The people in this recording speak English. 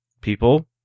people